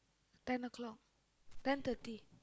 ten o-clock ten thirty